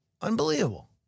Unbelievable